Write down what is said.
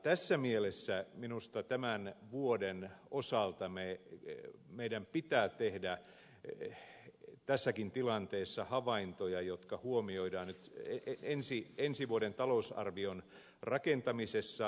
tässä mielessä minusta tämän vuoden osalta meidän pitää tehdä tässäkin tilanteessa havaintoja jotka huomioidaan nyt ensi vuoden talousarvion rakentamisessa